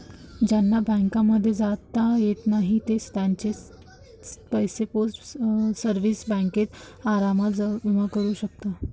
ज्यांना बँकांमध्ये जाता येत नाही ते त्यांचे पैसे पोस्ट सेविंग्स बँकेत आरामात जमा करू शकतात